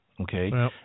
okay